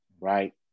right